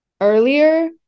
earlier